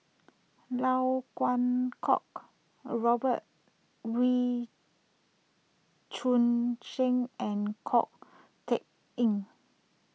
Lau Kuo Kwong Robert Wee Choon Seng and Ko Teck Kin